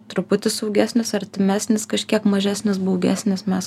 truputį saugesnis artimesnis kažkiek mažesnis baugesnis mes